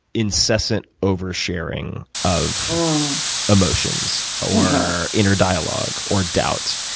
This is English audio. incessant oversharing of um emotions or inner dialogue or doubt.